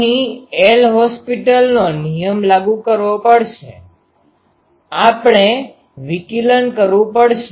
અહીં L હોસ્પિટલનો નિયમ લાગુ કરવો પડશે આપણે વિકલન કરવું પડશે